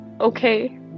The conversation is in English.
okay